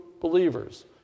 believers